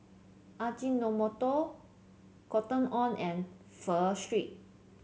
Ajinomoto Cotton On and Pho Street